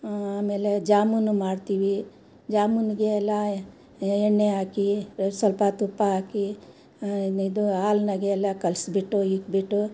ಆಮೇಲೆ ಜಾಮೂನು ಮಾಡ್ತೀವಿ ಜಾಮೂನಿಗೆ ಎಲ್ಲ ಎಣ್ಣೆ ಹಾಕಿ ಸ್ವಲ್ಪ ತುಪ್ಪ ಹಾಕಿ ಇದು ಹಾಲಿನಾಗೆಲ್ಲ ಕಲಿಸ್ಬಿಟ್ಟು ಇಕ್ಬಿಟ್ಟು